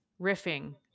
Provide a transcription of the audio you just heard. riffing